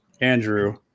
Andrew